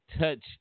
touch